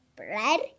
Bread